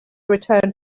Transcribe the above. returned